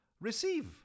receive